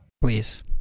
please